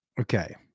okay